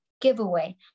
giveaway